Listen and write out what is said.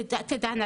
תדעו,